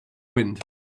wind